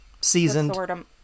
seasoned